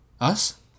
Us